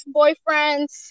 boyfriend's